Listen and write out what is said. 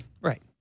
Right